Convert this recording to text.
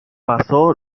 pasó